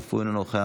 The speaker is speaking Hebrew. אף הוא אינו נוכח.